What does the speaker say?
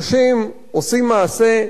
אנשים עושים מעשה,